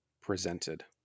presented